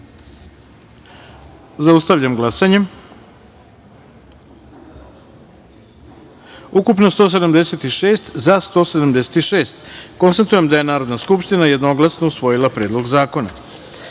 taster. Zaustavljam glasanje: ukupno 176, za – 176.Konstatujem da je Narodna skupština jednoglasno usvojila Predlog zakona. Peta